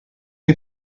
che